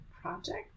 project